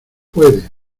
puede